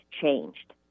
changed